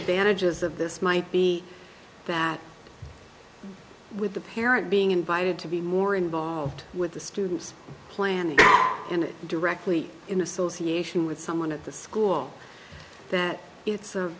advantages of this might be that with the parent being invited to be more involved with the students planning and directly in association with someone at the school that it's a